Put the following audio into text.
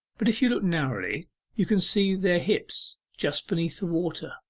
but if you look narrowly you can see their hips just beneath the water,